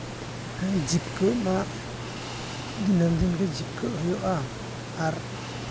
ᱦᱮᱸ ᱡᱤᱵᱽᱠᱟᱹᱜ ᱢᱟ ᱫᱤᱱᱟᱹᱢ ᱫᱤᱱᱜᱮ ᱡᱤᱵᱽᱠᱟᱹᱜ ᱦᱩᱭᱩᱜᱼᱟ ᱟᱨ